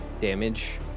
damage